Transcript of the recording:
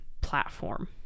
platform